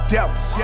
Doubts